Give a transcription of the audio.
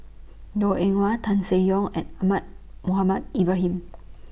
Goh Eng Wah Tan Seng Yong and Ahmad Mohamed Ibrahim